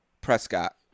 Prescott